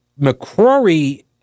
McCrory